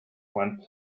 went